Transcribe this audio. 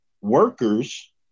workers